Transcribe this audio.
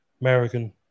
American